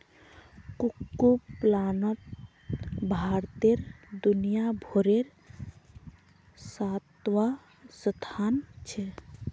कुक्कुट पलानोत भारतेर दुनियाभारोत सातवाँ स्थान छे